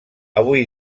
avui